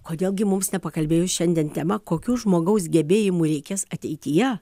kodėl gi mums nepakalbėjus šiandien tema kokių žmogaus gebėjimų reikės ateityje